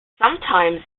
sometimes